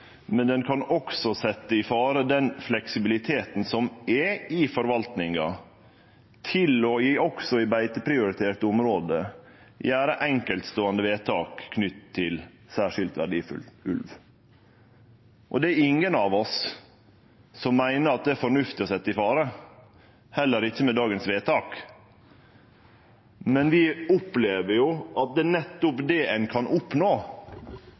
men han kan også setje i fare den fleksibiliteten som er i forvaltninga til også i beiteprioriterte område å gjere enkeltståande vedtak knytt til særskilt verdifull ulv. Og det er det ingen av oss som meiner det er fornuftig å setje i fare, heller ikkje med dagens vedtak. Men vi opplever jo at det er nettopp det ein kan oppnå,